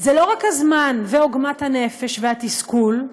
זה לא רק הזמן, ועוגמת הנפש, והתסכול,